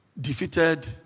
defeated